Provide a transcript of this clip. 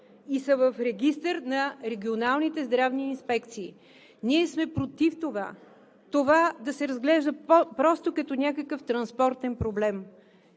и са в Регистъра на регионалните здравни инспекции. Ние сме против това да се разглежда просто като някакъв транспортен проблем